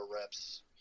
reps